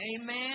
amen